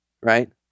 right